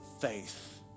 faith